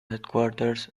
headquarters